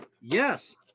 Yes